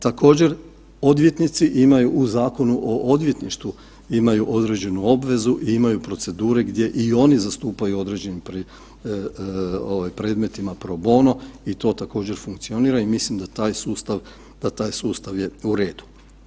Također, odvjetnici imaju u Zakonu o odvjetništvu, imaju određenu obvezu i imaju procedure gdje i oni zastupaju u određenim predmetima pro bono i to također, funkcionira i mislim da taj sustav je u redu.